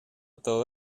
todo